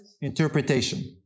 interpretation